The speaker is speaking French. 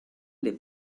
les